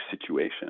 situation